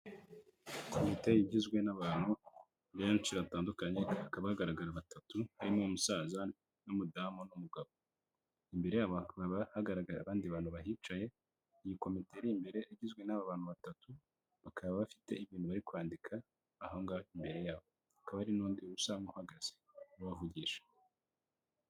Komite igizwe n'abantu benshi batandukanye hakaba hagaragara batatu harimo umusaza n'umudamu n'umugabo, imbere yabo hakaba hagaragaye abandi bantu bahicaye, iyi komite iri imbere igizwe n'aba bantu batatu bakaba bafite imirimo bari kwandika aho imbere yawe, hakaba hari n'undi usa nk'uhagaze uri kubavugisha.